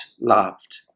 loved